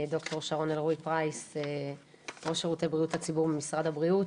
ד"ר שרון אלרעי-פרייס ראש שירותי בריאות הציבור ממשרד הבריאות.